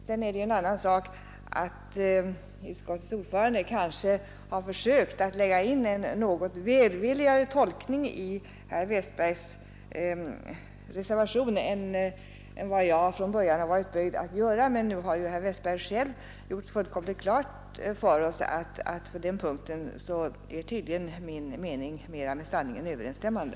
Sedan är det en annan sak att utskottets ordförande kanske har försökt att lägga in en något välvilligare tolkning i den reservation som herr Westberg i Ljusdal varit med om att avge än vad jag från början har varit böjd att göra. Men nu har ju herr Westberg själv gjort fullkomligt klart för oss att på den punkten är tydligen min mening mera med sanningen överensstämmande.